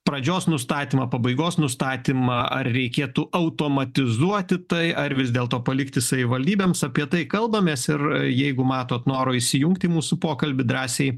pradžios nustatymą pabaigos nustatymą ar reikėtų automatizuoti tai ar vis dėlto palikti savivaldybėms apie tai kalbamės ir jeigu matot noro įsijungt į mūsų pokalbį drąsiai